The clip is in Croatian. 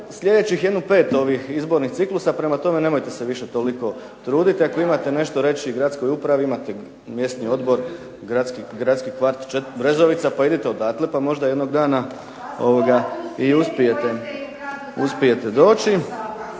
sljedećih jedno 5 izbornih ciklusa prema tome nemojte se više toliko truditi. Ako imate nešto reći Gradskoj upravi imate mjesni odbor gradski kvart Brezovica pa idite odatle pa možda jednog dana i uspijete doći.